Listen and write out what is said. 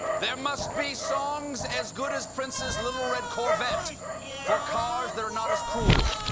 there must be songs as good as prince's little red corvette for cars that are not as cool.